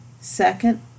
Second